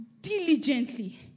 diligently